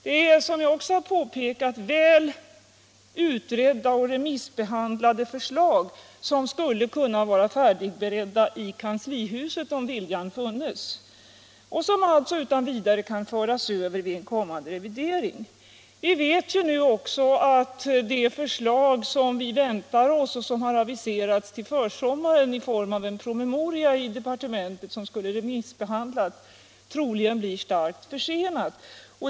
Det rör sig, som jag också har påpekat, om väl utredda och remissbehandlade förslag som skulle kunna vara färdigberedda i kanslihuset, om viljan funnes, och som alltså utan vidare kan föras över vid en kommande revidering. Vi vet nu också att det förslag beträffande en allmän revision av byggnadslagstiftningen, som vi väntar och som har aviserats till försommaren i form av en promemoria från departementet vilken skulle remissbehandlas, troligen blir starkt försenat.